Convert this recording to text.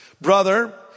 Brother